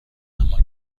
اما